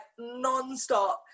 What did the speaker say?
nonstop